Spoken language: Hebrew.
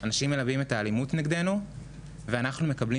אנשים מלבים את האלימות נגדנו ואנחנו מקבלים